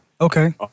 Okay